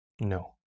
No